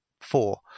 four